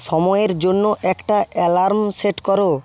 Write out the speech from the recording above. সময়ের জন্য একটা অ্যালার্ম সেট করো